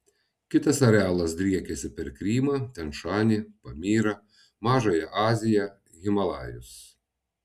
kitas arealas driekiasi per krymą tian šanį pamyrą mažąją aziją himalajus